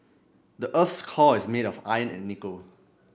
the earth's core is made of iron and nickel